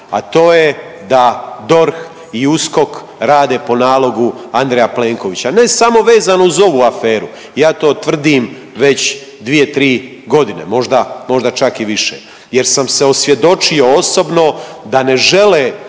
A to je da DORH i USKOK rade po nalogu Andreja Plenkovića. Ne samo vezano uz ovu aferu, ja to tvrdim već 2-3 godine možda, možda čak i više jer sam se osvjedočio osobno da ne žele